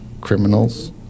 criminals